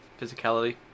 physicality